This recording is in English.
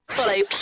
Follow